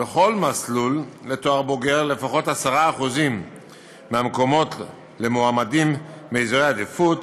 בכל מסלול לתואר בוגר לפחות 10% מהמקומות למועמדים מאזורי עדיפות,